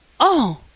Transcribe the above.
Oh